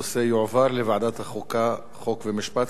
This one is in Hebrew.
התשע"ב 2012,